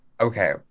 okay